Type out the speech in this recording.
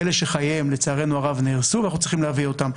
באלה שחייהם לצערנו הרב נהרסו ואנחנו צריכים להביא אותם.